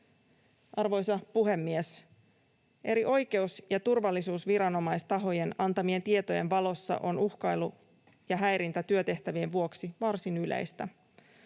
Arvoisa puhemies! Eri oikeus- ja turvallisuusviranomaistahojen antamien tietojen valossa on uhkailu ja häirintä työtehtävien vuoksi varsin yleistä.